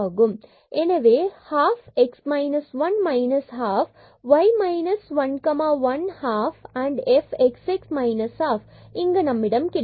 எனவே ½ x 1 minus half y minus 1 1 2 f xx minus half இங்கு நம்மிடம் கிடைக்கிறது